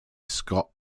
scott